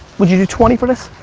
would you twenty for this?